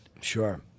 sure